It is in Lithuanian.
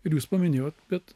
ir jūs paminėjot bet